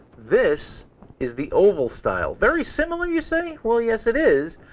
this is the oval style. very similar you say? well, yes, it is,